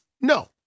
no